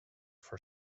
for